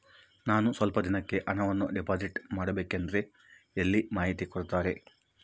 ನಾನು ಸ್ವಲ್ಪ ದಿನಕ್ಕೆ ಹಣವನ್ನು ಡಿಪಾಸಿಟ್ ಮಾಡಬೇಕಂದ್ರೆ ಎಲ್ಲಿ ಮಾಹಿತಿ ಕೊಡ್ತಾರೆ?